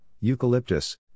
eucalyptus